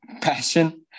passion